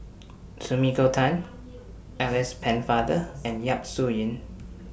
Sumiko Tan Alice Pennefather and Yap Su Yin